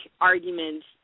arguments